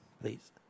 please